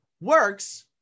works